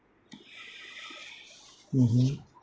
mmhmm